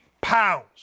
pounds